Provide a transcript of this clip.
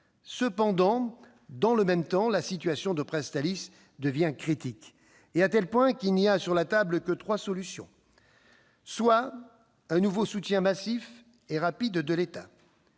Cependant, dans le même temps, la situation de Presstalis devient critique, à tel point qu'il n'y a plus sur la table que trois solutions : un nouveau soutien massif et rapide de l'État